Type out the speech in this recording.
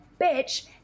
bitch